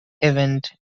event